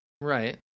Right